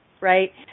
right